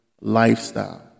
lifestyle